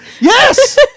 Yes